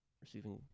receiving